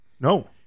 No